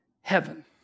heaven